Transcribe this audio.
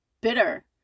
bitter